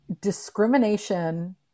discrimination